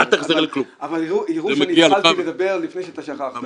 אבל יראו שאני התחלתי לדבר לפני שאתה --- אל תחזיר לי כלום.